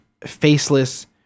faceless